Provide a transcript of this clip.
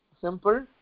simple